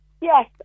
Yes